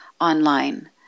online